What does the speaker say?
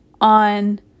on